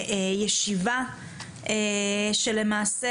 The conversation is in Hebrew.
ישיבה שלמעשה,